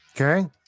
okay